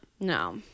No